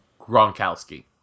Gronkowski